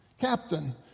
Captain